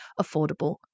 affordable